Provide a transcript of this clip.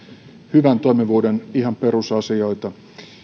hyvän toimivuuden perusasioita